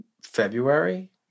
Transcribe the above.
February